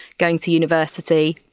going to university,